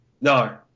No